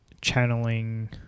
channeling